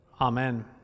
amen